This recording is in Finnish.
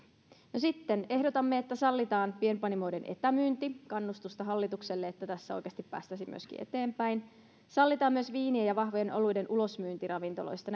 no sitten ehdotamme että sallitaan pienpanimoiden etämyynti kannustusta hallitukselle että tässä oikeasti päästäisiin myöskin eteenpäin sallitaan myös viinien ja vahvojen oluiden ulosmyynti ravintoloista